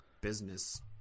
business